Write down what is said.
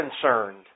concerned